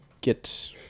get